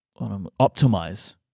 optimize